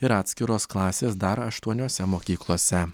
ir atskiros klasės dar aštuoniose mokyklose